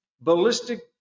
ballistic